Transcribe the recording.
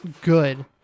good